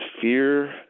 fear